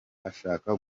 abashaka